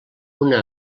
una